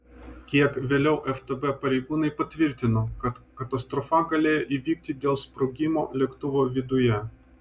kiek vėliau ftb pareigūnai patvirtino kad katastrofa galėjo įvykti dėl sprogimo lėktuvo viduje